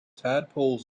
tadpoles